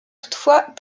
toutefois